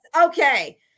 Okay